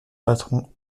patron